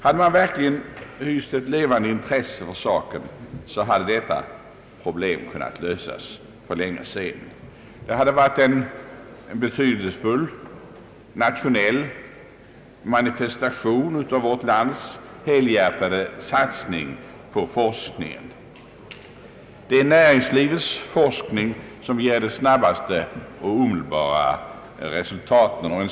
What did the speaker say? Hade man verkligen hyst ett levande intresse för saken hade detta problem kunnat lösas för länge sedan. Det skulle ha varit en betydelsefull nationell manifestation av vårt lands helhjärtade satsning på forskningen. Det är näringslivets forskning som ger det snabbaste och omedelbara resultatet.